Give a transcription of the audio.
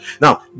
Now